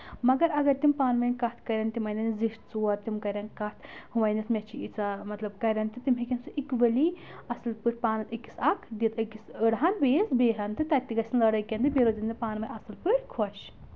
مگر اگر تِم پانہٕ ؤنۍ کَتھ کَرن تِم وَنن زِٹھ ژور تِم کَرن کَتھ وۄنِتھ مےٚ چھِ ییٖژاہ مطلب کَرن تہٕ تِم ہیٚکن سُہ اِکؤلی اَصٕل پٲٹھۍ پانہٕ أکِس اکھ دِتھ أکِس أڑ بیٚیِس بیٚیہِ ہَن تہٕ تَتہِ تہِ گژھِ نہٕ لڑٲے کؠن بیٚیہِ روزن مےٚ پانہٕ ؤنۍ اَصٕل پٲٹھۍ خۄش